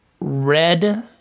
red